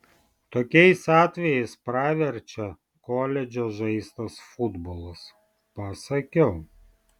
tokiais atvejais praverčia koledže žaistas futbolas pasakiau